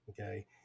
okay